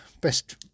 Best